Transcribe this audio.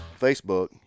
Facebook